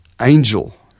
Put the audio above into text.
angel